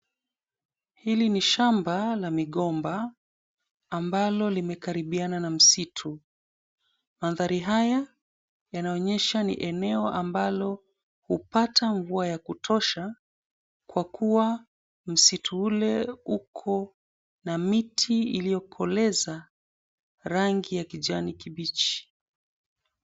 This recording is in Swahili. Hili ni shamba la migomba ambalo limekaribiana na msitu. Mandhari haya yanaonyesha ni eneo ambalo hupata mvua ya kutosha Kwa kuwa msitu ule uko na miti iliyokoleza rangi ya kijani kibichi.